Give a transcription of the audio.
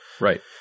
Right